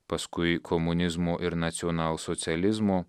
paskui komunizmo ir nacionalsocializmo